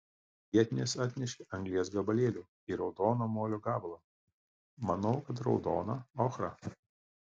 vietinės atnešė anglies gabalėlių ir raudono molio gabalą manau kad raudoną ochrą